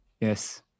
yes